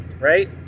right